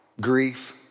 Grief